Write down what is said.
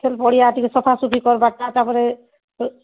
ବଢ଼ିବା ଟିକେ ସଫାସୁଫି କରିବା ତା' ତାପରେ